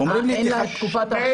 אומרים לי --- היא לא עבדה.